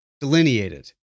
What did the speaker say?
delineated